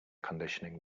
conditioning